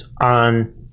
on